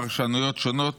פרשנויות שונות,